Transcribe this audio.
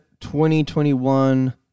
2021